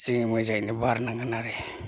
जोङो मोजाङैनो बारनांगोन आरो